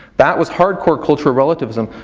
that was hardcore culture relativism.